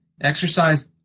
exercise